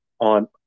on